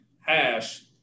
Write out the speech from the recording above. hash